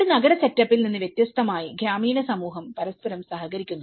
ഒരു നഗര സെറ്റപ്പിൽ നിന്ന് വ്യത്യസ്തമായി ഗ്രാമീണ സമൂഹം പരസ്പരം സഹകരിക്കുന്നു